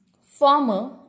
Former